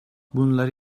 bunları